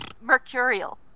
Mercurial